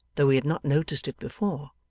though he had not noticed it before.